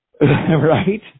right